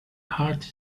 heart